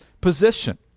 position